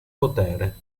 potere